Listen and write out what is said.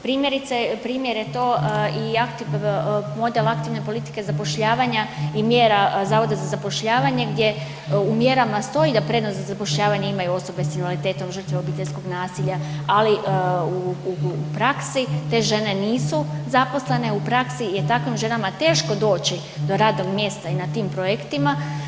Primjerice, primjer je to i model aktivne politike zapošljavanja i mjera Zavoda za zapošljavanje gdje u mjerama stoji da prednost za zapošljavanje imaju osobe s invaliditetom, žrtve obiteljskog nasilja, ali u praksi te žene nisu zaposlene, u praksi je takvim ženama teško doći do radnog mjesta i na tim projektima.